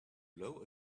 blow